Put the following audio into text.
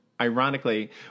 ironically